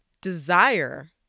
Desire